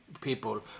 People